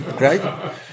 right